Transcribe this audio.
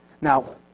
Now